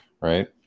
right